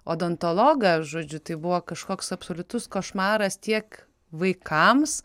odontologą žodžiu tai buvo kažkoks absoliutus košmaras tiek vaikams